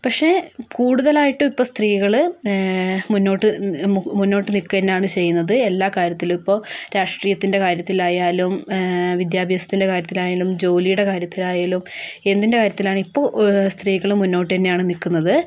പക്ഷേ കൂടുതലായിട്ടും ഇപ്പം സ്ത്രീകൾ മുന്നോട്ട് മുന്നോട്ട് നിൽക്കുക തന്നെയാണ് ചെയ്യുന്നത് എല്ലാ കാര്യത്തിലും ഇപ്പോൾ രാഷ്ട്രീയത്തിൻ്റെ കാര്യത്തിലായാലും വിദ്യാഭ്യാസത്തിൻ്റെ കാര്യത്തിലായാലും ജോലിയുടെ കാര്യത്തിലായാലും എന്തിൻ്റെ കാര്യത്തിലാണ് ഇപ്പോൾ സ്ത്രീകൾ മുന്നോട്ടു തന്നെയാണ് നിൽക്കുന്നത്